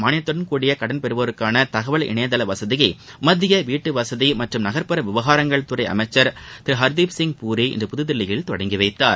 வீட்டுவசதி திட்டத்தின்கீழ் மானியத்துடன் கூடிய கடன் பெறுவோருக்கான தகவல் இணையதள வசதியை மத்திய வீட்டுவசதி மற்றும் நகர்ப்புற விவகாரங்கள் துறை அமைச்சர் திரு ஹர்தீப்சிங் பூரி இன்று புதுதில்லியில் தொடங்கி வைத்தார்